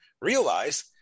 realize